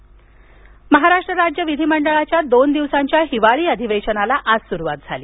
विधिमंडळ महाराष्ट्र महाराष्ट्र राज्य विधिमंडळाच्या दोन दिवसांच्या हिवाळी अधिवेशनाला आज सुरुवात झाली